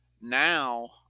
Now